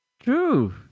True